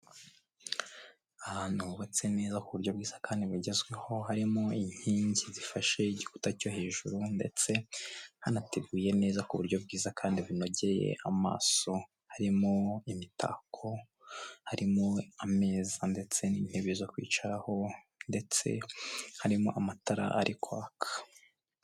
Ahantu hubatse neza ku buryo bwiza kandi bugezweho, harimo inkingi zifashe igikuta cyo hejuru ndetse hanateguye neza ku buryo bwiza kandi bunogeye amaso harimo imitako, harimo ameza ndetse n'intebe zo kwicaraho ndetse harimo amatara ari kwaka.